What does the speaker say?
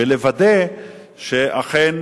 ולוודא שאכן